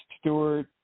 Stewart